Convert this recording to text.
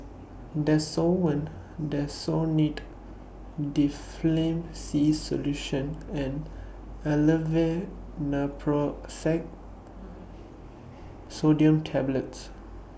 Desowen Desonide Difflam C Solution and Aleve Naproxen Sodium Tablets